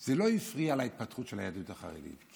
זה לא הפריע להתפתחות של היהדות החרדית,